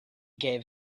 gave